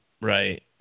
right